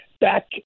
back